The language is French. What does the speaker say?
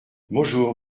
bonjour